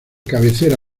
cabecera